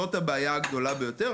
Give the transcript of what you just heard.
זאת הבעיה הגדולה ביותר.